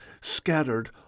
scattered